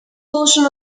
portion